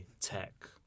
tech